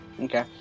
Okay